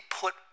put